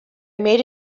made